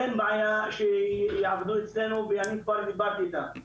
אין בעיה שיעבדו אצלנו ואני כבר דיברתי איתם.